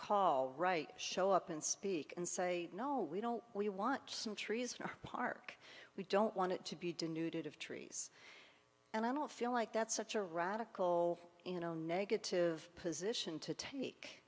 call right show up and speak and say no we don't we want some trees for a park we don't want it to be denuded of trees and i don't feel like that's such a radical you know negative position to take